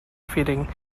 fitting